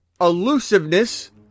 Elusiveness